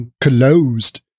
closed